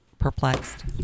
perplexed